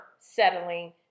settling